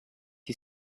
you